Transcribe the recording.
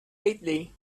lately